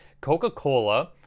coca-cola